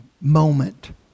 moment